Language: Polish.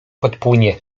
podpłynie